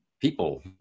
people